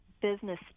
business